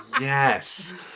yes